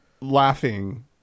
laughing